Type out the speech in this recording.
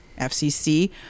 FCC